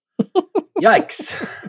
Yikes